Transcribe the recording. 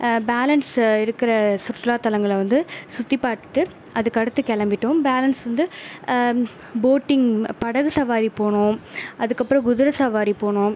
balance இருக்கிற சுற்றுலாத்தளங்களை வந்து சுற்றி பார்த்துட்டு அதுக்கு அடுத்து கிளம்பிட்டோம் பேலன்ஸ் வந்து போட்டிங் படகு சவாரி போனோம் அதுக்கு அப்புறம் குதிரை சவாரி போனோம்